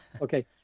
Okay